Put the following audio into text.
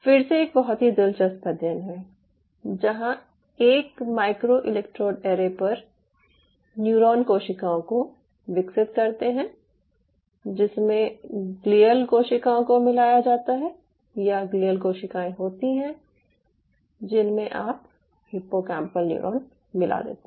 फिर से ये एक बहुत ही दिलचस्प अध्ययन है जहां एक माइक्रो इलेक्ट्रोड ऐरे पर न्यूरॉन कोशिकाओं को विकसित करते हैं जिसमे ग्लियल कोशिकाओं को मिलाया जाता है या ग्लियल कोशिकाएं होती हैं जिनमें आप हिप्पोकैम्पल न्यूरॉन्स मिला देते हैं